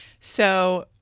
so,